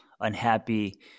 unhappy